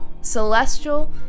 celestial